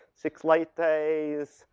six late days,